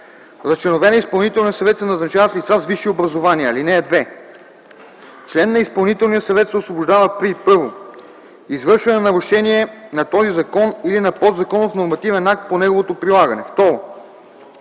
За членове на изпълнителния съвет се назначават лица с висше образование. (2) Член на изпълнителния съвет се освобождава при: 1. извършване на нарушение на този закон или на подзаконов нормативен акт по неговото прилагане;